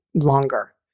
longer